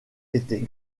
était